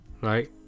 right